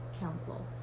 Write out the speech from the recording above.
council